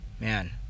man